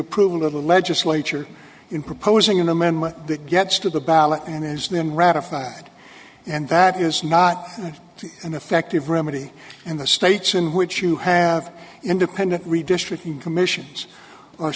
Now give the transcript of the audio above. approval of the legislature in proposing an amendment that gets to the ballot and is then ratified and that is not an effective remedy and the states in which you have independent redistricting commissions